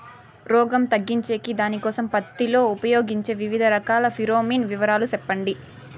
రోగం తగ్గించేకి దానికోసం పత్తి లో ఉపయోగించే వివిధ రకాల ఫిరోమిన్ వివరాలు సెప్పండి